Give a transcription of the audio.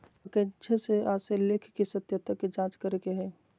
अंकेक्षण से आशय लेख के सत्यता के जांच करे के हइ